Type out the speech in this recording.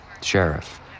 Sheriff